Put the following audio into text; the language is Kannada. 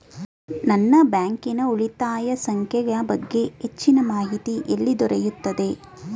ನನ್ನ ಬ್ಯಾಂಕಿನ ಉಳಿತಾಯ ಸಂಖ್ಯೆಯ ಬಗ್ಗೆ ಹೆಚ್ಚಿನ ಮಾಹಿತಿ ಎಲ್ಲಿ ದೊರೆಯುತ್ತದೆ?